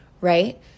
right